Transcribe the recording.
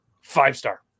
five-star